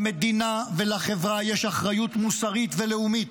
למדינה ולחברה יש אחריות מוסרית ולאומית